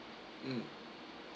um